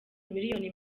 miliyoni